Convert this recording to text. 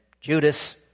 Judas